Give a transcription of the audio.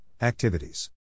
activities